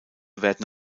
werden